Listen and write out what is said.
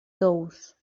tous